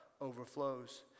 overflows